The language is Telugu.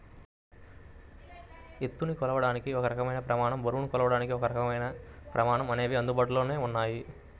ఎత్తుని కొలవడానికి ఒక రకమైన ప్రమాణం, బరువుని కొలవడానికి ఒకరకమైన ప్రమాణం అనేవి అందుబాటులో ఉన్నాయి